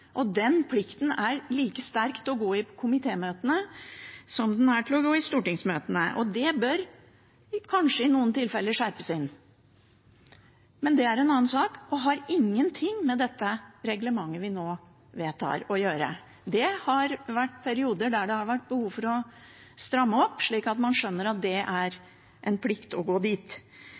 som den er til å gå i stortingsmøtene. Det bør i noen tilfeller kanskje skjerpes inn. Det er en annen sak og har ingen ting med dette reglementet vi nå vedtar, å gjøre, men det har vært perioder der det har vært behov for å stramme opp, slik at man skjønner at det er en plikt.